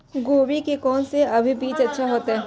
गोभी के कोन से अभी बीज अच्छा होते?